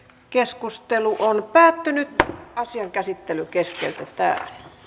keskustelu päättyi ja asian käsittely keskeytettiin